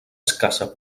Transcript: escassa